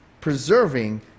preserving